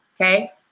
okay